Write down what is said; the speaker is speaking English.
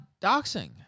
doxing